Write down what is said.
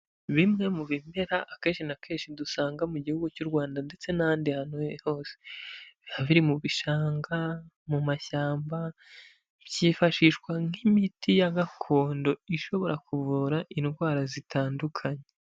Bimwe mu bimera akenshi na kenshi dusanga mu Gihugu cy'u Rwanda ndetse n'ahandi hantu hose, biba biri mu bishanga, mu mashyamba, byifashishwa nk'imiti ya gakondo ishobora kuvura indwara zitandukanye.